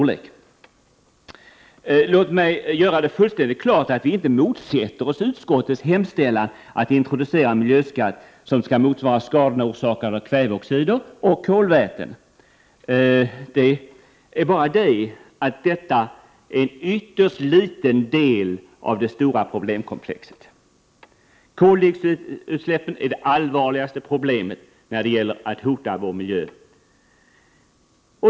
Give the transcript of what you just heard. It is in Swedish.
Låt mig göra fullständigt klart att vi inte motsätter oss utskottets hemställan att introducera en miljöskatt, som skall motsvara kostnaderna för skadorna orsakade av kväveoxider och kolväten. Det är bara det att denna åtgärd är en ytterst liten del av det stora problemkomplexet. Koldioxidutsläppen är det allvarligaste hotet mot vår miljö.